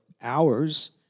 hours